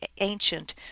ancient